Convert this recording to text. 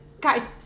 guys